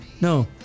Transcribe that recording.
No